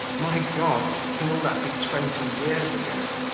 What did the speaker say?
my god! can all that be twenty years ago?